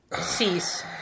cease